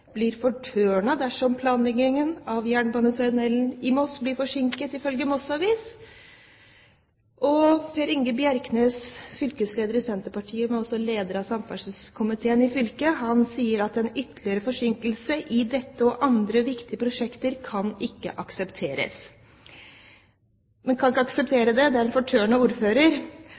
blir «fortørnet» dersom planleggingen av jernbanetunnelen i Moss blir forsinket, ifølge Moss Avis. Per Inge Bjerknes, fylkesleder i Senterpartiet, men også leder av samferdselskomiteen i fylket, sier at en ytterligere forsinkelse i dette og andre viktige prosjekter ikke kan aksepteres. Man kan ikke akseptere det, det er en fortørnet ordfører